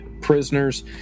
prisoners